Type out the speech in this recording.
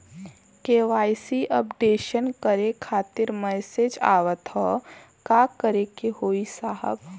KYC updation करें खातिर message आवत ह का करे के होई साहब?